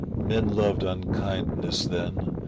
men loved unkindness then,